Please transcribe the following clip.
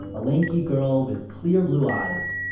a lanky girl with clear blue eyes.